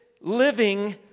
living